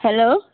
hello